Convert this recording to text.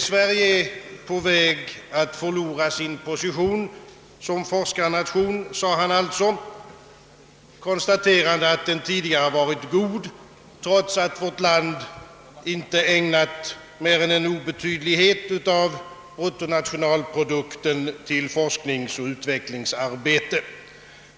Sverige är på väg att förlora sin position som forskarnation, sade han alltså, konstaterande att positionen tidigare varit god, trots att vårt land inte ägnat mer än en obetydlighet av bruttonationalprodukten till forskningsoch utbildningsarbete.